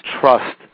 trust